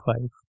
five